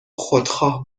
خودخواه